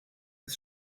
des